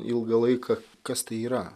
ilgą laiką kas tai yra